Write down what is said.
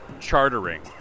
chartering